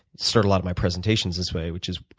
start a lot of my presentations this way, which is,